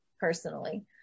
personally